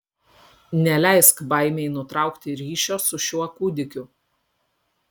neleisk baimei nutraukti ryšio su šiuo kūdikiu